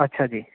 ਅੱਛਾ ਜੀ